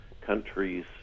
countries